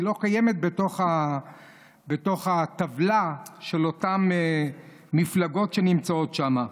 היא לא קיימת בתוך הטבלה של אותן מפלגות שנמצאות שם.